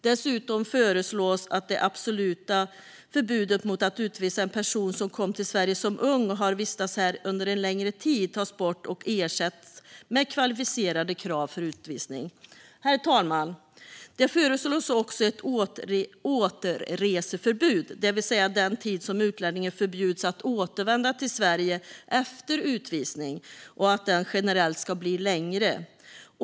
Dessutom föreslås att det absoluta förbudet mot att utvisa en person som kom till Sverige som ung och har vistats här under en längre tid tas bort och ersätts med kvalificerade krav för utvisning. Herr talman! Det föreslås också att återreseförbud, det vill säga den tid under vilken utlänningen förbjuds att återvända till Sverige efter utvisning, generellt ska bli längre.